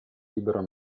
libero